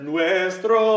Nuestro